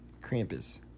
Krampus